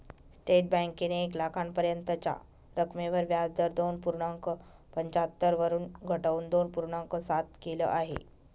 state बँकेने एक लाखापर्यंतच्या रकमेवर व्याजदर दोन पूर्णांक पंच्याहत्तर वरून घटवून दोन पूर्णांक सात केल आहे